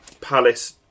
Palace